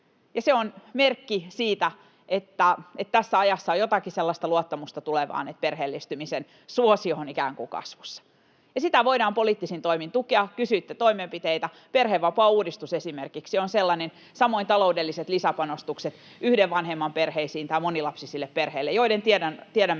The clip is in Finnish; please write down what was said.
se on merkki siitä, että tässä ajassa on jotakin sellaista luottamusta tulevaan, että perheellistymisen suosio on ikään kuin kasvussa, ja sitä voidaan poliittisin toimin tukea. Kysyitte toimenpiteitä: esimerkiksi perhevapaauudistus on sellainen, samoin taloudelliset lisäpanostukset yhden vanhemman perheille tai monilapsisille perheille, joiden tiedämme